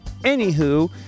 anywho